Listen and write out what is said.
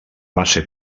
base